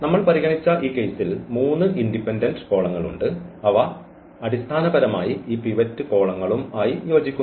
നമ്മൾ പരിഗണിച്ച ഈ കേസിൽ 3 ഇൻഡിപെൻഡന്റ് കോളങ്ങൾ ഉണ്ട് അവ അടിസ്ഥാനപരമായി ഈ പിവറ്റ് കോളങ്ങളും ആയി യോജിക്കുന്നു